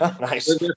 Nice